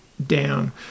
down